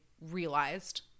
Realized